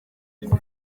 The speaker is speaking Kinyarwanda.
ngo